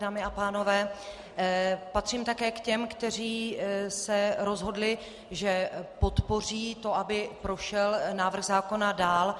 Dámy a pánové, patřím také k těm, kteří se rozhodli, že podpoří to, aby prošel návrh zákona dál.